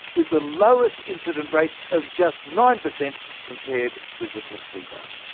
with the lowest incident rate, of just nine per cent compared to the placebo.